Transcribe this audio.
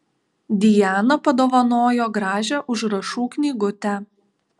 dijana padovanojo gražią užrašų knygutę